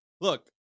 look